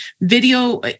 video